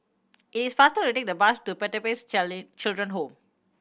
it is faster to take the bus to Pertapis Children Home